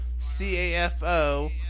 CAFO